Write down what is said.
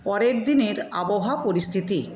পরের দিনের আবহাওয়া পরিস্থিতি